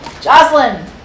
Jocelyn